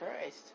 Christ